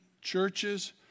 churches